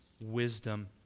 wisdom